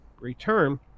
return